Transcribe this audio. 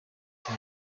cya